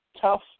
tough